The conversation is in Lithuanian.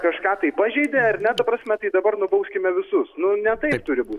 kažką tai pažeidė ar ne ta prasme tai dabar nubauskime visus nu ne taip turi būti